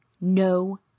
no